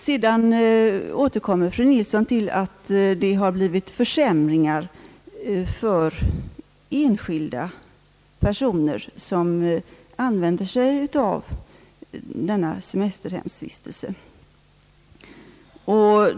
Sedan återkom fru Nilsson till sitt påstående att det har blivit försämringar för enskilda personer som utnyttjar sådan här semestervistelse.